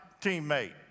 teammate